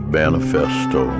manifesto